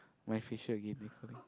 my fisher give me one